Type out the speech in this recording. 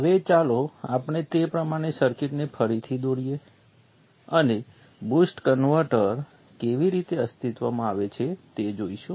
હવે ચાલો આપણે તે પ્રમાણે સર્કિટને ફરીથી દોરીએ અને બૂસ્ટ કન્વર્ટર કેવી રીતે અસ્તિત્વમાં આવે છે તે જોઈશું